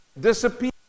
disappear